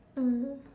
mm